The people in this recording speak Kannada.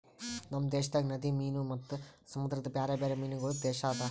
ನಮ್ ದೇಶದಾಗ್ ನದಿ ಮೀನು ಮತ್ತ ಸಮುದ್ರದ ಬ್ಯಾರೆ ಬ್ಯಾರೆ ಮೀನಗೊಳ್ದು ದೇಶ ಅದಾ